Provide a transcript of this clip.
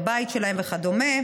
בבית שלהם וכדומה.